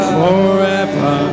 forever